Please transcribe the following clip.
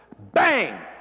Bang